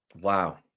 Wow